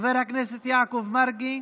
חבר הכנסת יעקב מרגי,